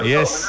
Yes